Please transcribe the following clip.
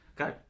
Okay